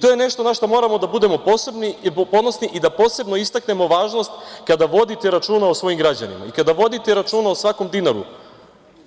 To je nešto na šta moramo da budemo ponosni i da posebno istaknemo važnost kada vodite računa o svojim građanima i kada vodite računa o svakom dinaru